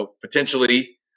potentially